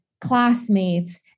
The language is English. classmates